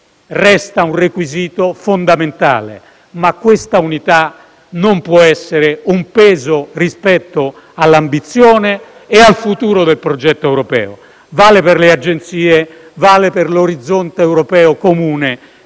resta un requisito fondamentale. Ma questa unità non può essere un peso rispetto all'ambizione e al futuro del progetto europeo. Vale per le agenzie e vale per l'orizzonte europeo comune